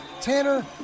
Tanner